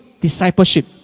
discipleship